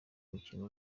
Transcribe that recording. mukino